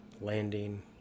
landing